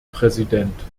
präsident